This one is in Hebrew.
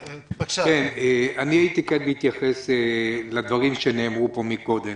אני הייתי מתייחס לדברים שנאמרו פה מקודם.